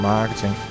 Marketing